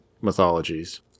mythologies